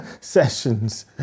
sessions